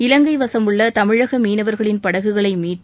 இலங்கை வசம் உள்ள தமிழக மீனவர்களின் படகுகளை மீட்டு